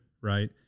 right